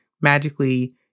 Magically